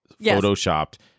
photoshopped